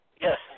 Yes